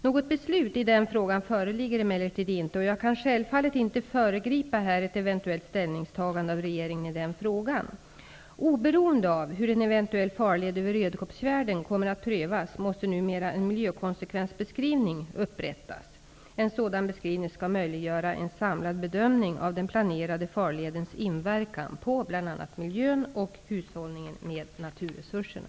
Något beslut i den frågan föreligger emellertid inte, och jag kan självfallet inte här föregripa ett eventuellt ställningstagande av regeringen i den frågan. Rödkobbsfjärden kommer att prövas måste numera en miljökonsekvensbeskrivning upprättas. En sådan beskrivning skall möjliggöra en samlad bedömning av den planerade farledens inverkan på bl.a. miljön och hushållningen med naturresurserna.